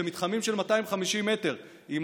זה מתחמים של 250 מטר עם